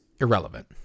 irrelevant